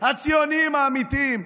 הציונים האמיתיים,